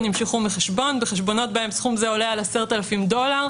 נמשכו בחשבון בחשבונות בהם סכום זה עולה על 10,000 דולר,